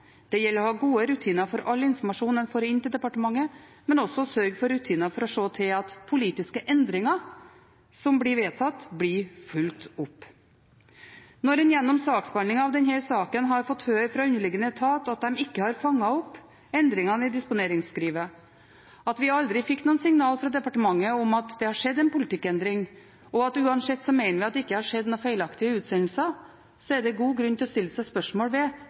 Det gjelder å ha gode rutiner for all informasjon en får inn til departementet, men også å sørge for rutiner for å se til at politiske endringer som blir vedtatt, blir fulgt opp. Når en gjennom behandlingen av denne saken har fått høre fra underliggende etat at de ikke har fanget opp endringene i disponeringsskrivet, at de aldri fikk noe signal fra departementet om at det hadde skjedd en politikkendring, og at de uansett mener at det ikke har skjedd noen feilaktige utsendelser, er det god grunn til å stille seg spørsmål ved